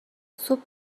صبح